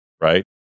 right